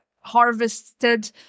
harvested